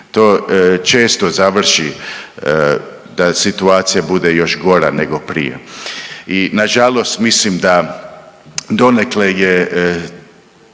to često završi da situacija bude još gora nego prije. I nažalost mislim da donekle je